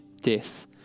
death